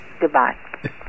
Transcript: Goodbye